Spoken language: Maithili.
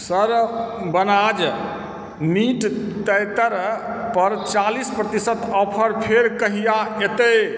सर वनाज मीट तेतरपर चालीस प्रतिशत ऑफर फेर कहिआ एतै